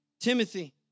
Timothy